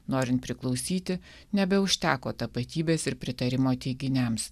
norint priklausyti nebeužteko tapatybės ir pritarimo teiginiams